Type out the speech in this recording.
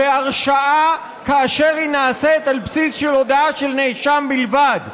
להרשעה כאשר היא נעשית על בסיס של הודאה של נאשם בלבד.